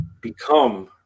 become